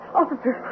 officer